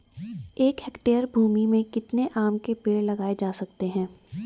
एक हेक्टेयर भूमि में कितने आम के पेड़ लगाए जा सकते हैं?